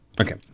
Okay